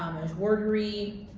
there's wordery.